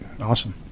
awesome